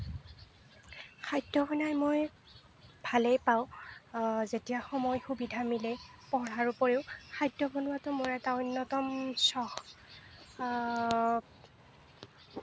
খাদ্য বনাই মই ভালেই পাওঁ যেতিয়া সময় সুবিধা মিলে পঢ়াৰ উপৰিও খাদ্য বনোৱাটো মোৰ এটা অন্যতম চখ